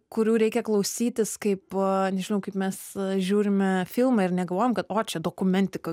kurių reikia klausytis kaip nežinau kaip mes žiūrime filmą ir negalvojam kad o čia dokumentika